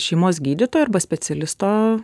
šeimos gydytojo arba specialisto